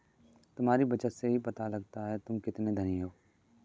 तुम्हारी बचत से ही पता लगता है तुम कितने धनी हो